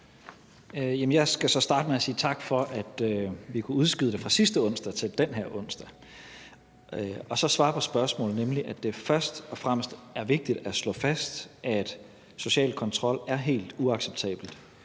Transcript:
Jeg skal så starte med at sige tak for, at vi kunne udskyde det fra sidste onsdag til den her onsdag. Så skal jeg svare på spørgsmålet og sige, at det først og fremmest er vigtigt at slå fast, at social kontrol er helt uacceptabelt.